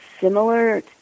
similar